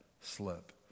slip